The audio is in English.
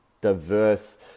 diverse